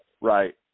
Right